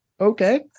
Okay